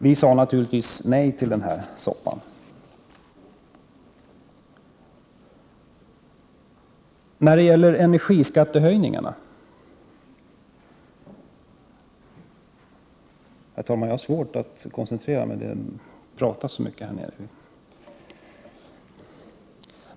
Vi har naturligtvis sagt nej till denna soppa.